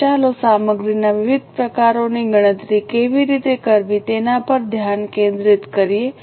હવે ચાલો સામગ્રીના વિવિધ પ્રકારોની ગણતરી કેવી રીતે કરવી તેના પર ધ્યાન કેન્દ્રિત કરીએ